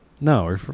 no